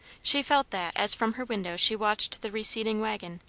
she felt that as from her window she watched the receding waggon,